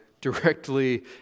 directly